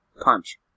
punch